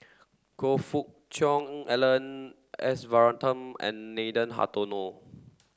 Choe Fook Cheong Alan S Varathan and Nathan Hartono